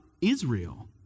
Israel